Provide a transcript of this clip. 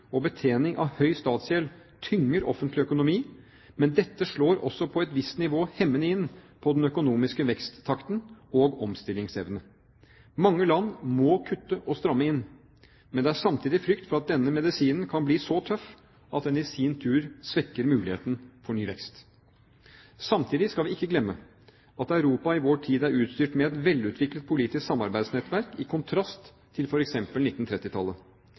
og betjening av høy statsgjeld tynger offentlig økonomi, men dette slår også på et visst nivå hemmende inn på den økonomiske veksttakten og omstillingsevnen. Mange land må kutte og stramme inn. Men det er samtidig frykt for at denne medisinen kan bli så tøff at den i sin tur svekker muligheten for ny vekst. Samtidig skal vi ikke glemme at Europa i vår tid er utstyrt med et velutviklet politisk samarbeidsnettverk, i kontrast til